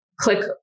click